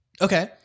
Okay